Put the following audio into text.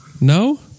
no